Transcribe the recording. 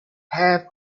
have